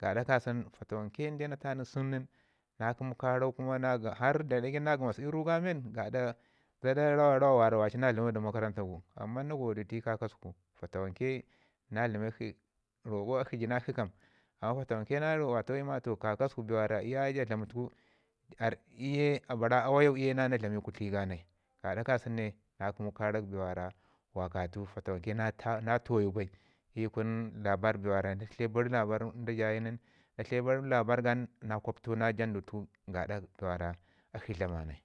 gaɗa kasən fatawanke na tanu sənnu nin harr da ri dagai nin har na gamas i ru ga men gaɗa zada rawa- rawa wara na dlamau da makaranta gu amman na godeti kakasəku fatawanke na dlamakeshi roƙo akshi jinakshi kam fatawan ke na rokotau i ma bee ni iyaye ja dlama tuku ar'i iyu ye a bara awayau na dlami kutli ga nai, gaɗa kasən ne na kəmu karak bee warau wakatu fatawanke na tuwayu bai i kun labarr bee wara i kun labarr fatawanke da ja ya yu nin na tlə bar labarr ga nin gwaptau na jandu tuku gaɗa be wara akshi dlama nai.